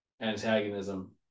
antagonism